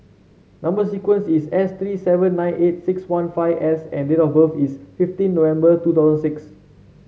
number sequence is S three seven nine eight six one five S and date of birth is fifteen November two thousand six